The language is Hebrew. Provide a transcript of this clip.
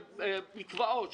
של מקוואות,